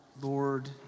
Lord